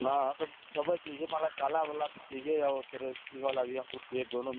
ना तब सभी चाहिए माला काला वाला भी चाहिए और तोरे ये वाला भी अँगूर चाहिए दोनों